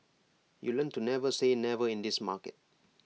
you learn to never say never in this market